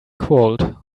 cold